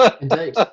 Indeed